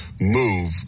move